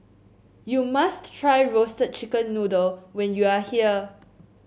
you must try Roasted Chicken Noodle when you are here